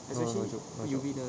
no no no joke no joke